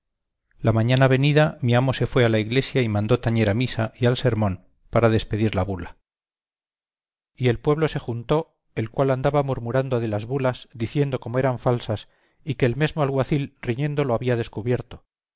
la mañana venida mi amo se fue a la iglesia y mandó tañer a misa y al sermón para despedir la bula y el pueblo se juntó el cual andaba murmurando de las bulas diciendo como eran falsas y que el mesmo alguacil riñendo lo había descubierto